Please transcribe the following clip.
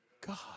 God